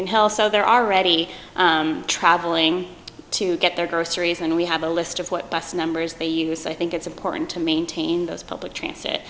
in hell so they're already traveling to get their groceries and we have a list of what bus numbers they use i think it's important to maintain those public transit